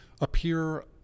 appear